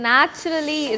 Naturally